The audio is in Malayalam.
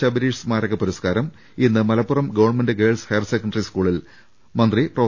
ശബരീഷ് സ്മാരക പുരസ്കാരം ഇന്ന് Malappuram government girls higher secondary സ്കൂളിൽ പ്രൊഫ